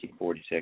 1946